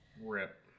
rip